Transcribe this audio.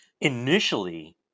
Initially